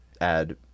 add